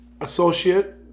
associate